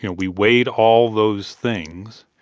you know we weighed all those things.